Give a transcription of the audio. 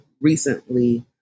recently